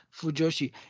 Fujoshi